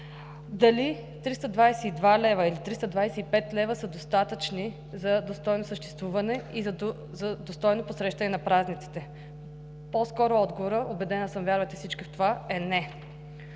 Дали 322 лв. или 325 лв. са достатъчни за достойно съществуване и за достойно посрещане на празниците? По-скоро отговорът, убедена съм, вярвате всички в това, е „Не“.